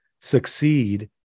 succeed